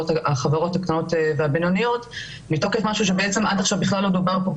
החברות הקטנות והבינוניות מתוקף משהו שעד עכשיו בכלל לא דובר בו,